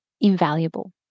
invaluable